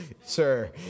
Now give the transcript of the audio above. sir